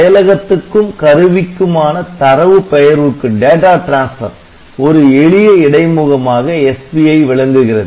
செயலகத்துக்கும் கருவிக்குமான தரவு பெயர்வுக்கு ஒரு எளிய இடை முகமாக SPI விளங்குகிறது